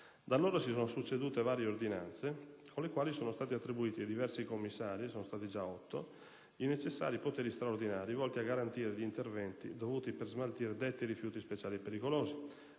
Da allora si sono succedute varie ordinanze) con le quali sono stati attribuiti ai diversi commissari (ne sono stati nominati già otto) i necessari poteri straordinari, volti a garantire gli interventi dovuti per smaltire detti rifiuti speciali e pericolosi,